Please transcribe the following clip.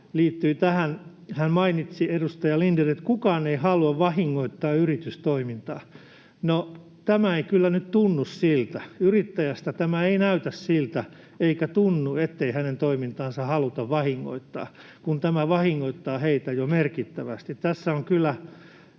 liittyi siihen, että edustaja Lindén mainitsi, että kukaan ei halua vahingoittaa yritystoimintaa. No, tämä ei kyllä nyt tunnu siltä. Yrittäjästä tämä ei näytä siltä eikä tunnu, ettei hänen toimintaansa haluta vahingoittaa, kun tämä vahingoittaa heitä jo merkittävästi. Tässä on kyllä